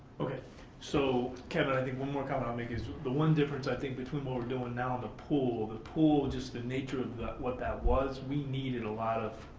so, kevin, i think one more comment i'll make is the one difference i think between what we're doing now and the pool, the pool, just the nature of what that was. we needed a lot of,